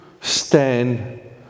stand